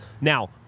Now